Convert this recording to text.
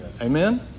amen